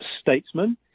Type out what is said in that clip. statesman